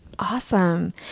Awesome